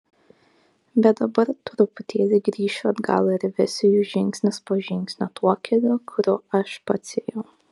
bet dabar truputėlį grįšiu atgal ir vesiu jus žingsnis po žingsnio tuo keliu kuriuo aš pats ėjau